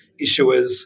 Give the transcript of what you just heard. issuers